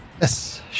Yes